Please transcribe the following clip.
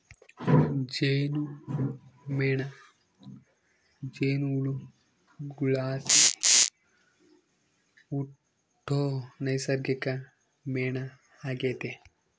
ಜೇನುಮೇಣ ಜೇನುಹುಳುಗುಳ್ಲಾಸಿ ಹುಟ್ಟೋ ನೈಸರ್ಗಿಕ ಮೇಣ ಆಗೆತೆ